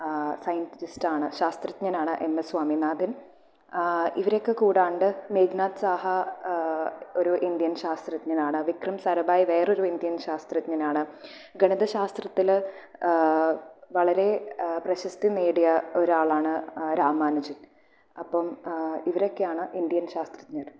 സെൻണ്ടിസ്റ് ആണ് ശാസ്ത്രജ്ഞനാണ് M S Swaminathan ഇവരെക്ക കൂടാണ്ട് മേഘ്നാഥ് സാഹ ഒരു ഇന്ത്യൻ ശാസ്ത്രജ്ഞനാണ് വിക്രം സാരാഭായ് വേറൊരു ഇന്ത്യൻ ശാസ്ത്രജ്ഞനാണ് ഗണിത ശാസ്ത്രത്തിൽ വളരെ പ്രശസ്തി നേടിയ ഒരാളാണ് രാമാനുജൻ അപ്പം ഇവരൊക്കെയാണ് ഇന്ത്യൻ ശാസ്ത്രജ്ഞർ